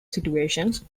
situations